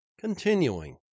Continuing